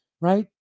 right